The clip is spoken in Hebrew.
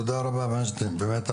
תודה רבה על הדברים,